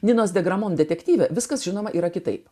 ninos degramom detektyve viskas žinoma yra kitaip